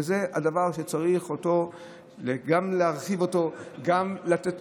וזה הדבר שצריך גם להרחיב כדי שיהיה